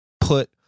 put